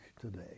today